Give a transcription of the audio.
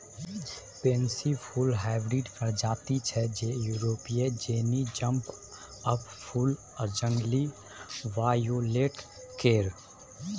pansy फुल hybrid प्रजाति छै जे युरोपीय जौनी जंप अप फुल आ जंगली वायोलेट केर